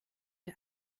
der